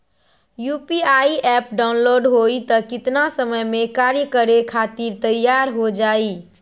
UPI app download होई त कितना समय मे कार्य करे खातीर तैयार हो जाई?